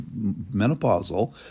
menopausal